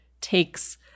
takes